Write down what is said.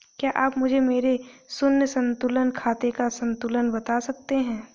क्या आप मुझे मेरे शून्य संतुलन खाते का संतुलन बता सकते हैं?